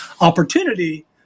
opportunity